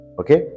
okay